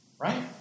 Right